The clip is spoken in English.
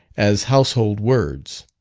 as household words.